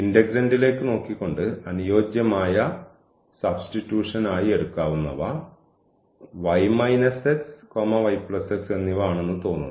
ഇന്റഗ്രൻഡിലേക്ക് നോക്കിക്കൊണ്ട് അനുയോജ്യമായ സുബ്സ്റ്റിട്യൂഷൻ ആയി എടുക്കാവുന്നവ y x yx എന്നിവ ആണെന്ന് തോന്നുന്നു